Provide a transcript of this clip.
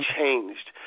changed